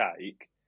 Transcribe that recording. take